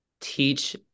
teach